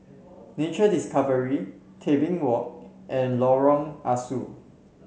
Nature Discovery Tebing Walk and Lorong Ah Soo